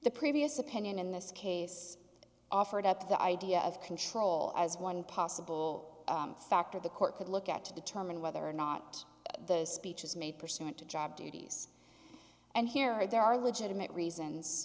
the previous opinion in this case offered up the idea of control as one possible factor the court could look at to determine whether or not the speech was made pursuant to job duties and here there are legitimate reasons